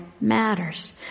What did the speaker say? matters